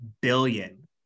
billion